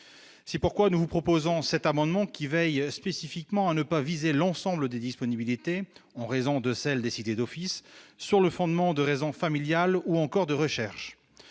c'est pourquoi nous vous proposons cet amendement qui veille spécifiquement à ne pas viser l'ensemble des disponibilités en raison de celles décidées d'Office sur le fondement de raisons familiales ou encore de recherche,